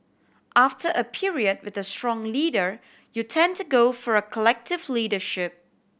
after a period with a strong leader you tend to go for a collective leadership